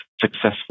successful